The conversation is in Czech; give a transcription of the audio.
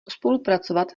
spolupracovat